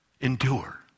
Endure